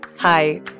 Hi